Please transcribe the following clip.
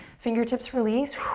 fingertips release.